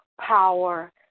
power